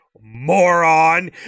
moron